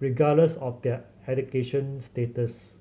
regardless of their education status